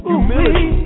Humility